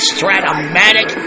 Stratomatic